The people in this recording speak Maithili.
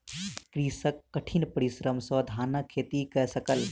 कृषक कठिन परिश्रम सॅ धानक खेती कय सकल